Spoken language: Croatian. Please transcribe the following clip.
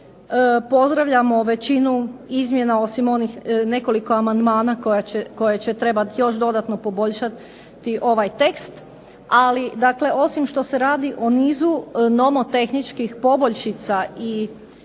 pozdravljamo većinu izmjena osim onih nekoliko amandmana koje će trebati još dodatno poboljšati ovaj tekst, ali dakle osim što se radi o nizu nomotehničkih poboljšica i